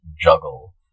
juggle